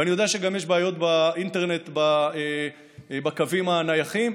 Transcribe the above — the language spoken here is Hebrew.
ואני יודע שגם יש בעיות באינטרנט בקווים הנייחים.